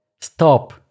stop